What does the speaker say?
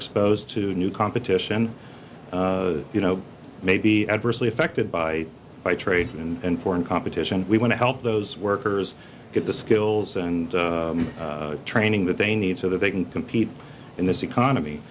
exposed to new competition you know may be adversely affected by by trade and foreign competition we want to help those workers get the skills and training that they need so that they can compete in this economy